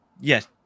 yes